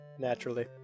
Naturally